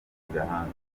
agahanga